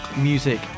music